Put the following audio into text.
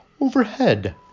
Overhead